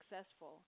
successful